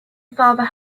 father